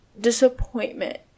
disappointment